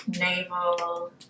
navel